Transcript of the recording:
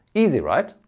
easy right?